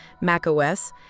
macOS